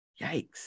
Yikes